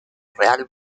real